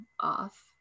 off